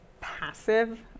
passive